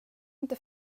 inte